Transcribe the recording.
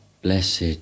Blessed